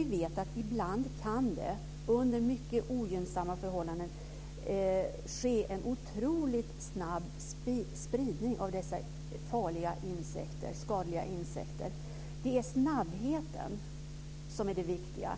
Vi vet att det ibland under mycket ogynnsamma förhållanden kan ske en oerhört snabb spridning av skadliga insekter. Det är snabbheten som är det viktiga.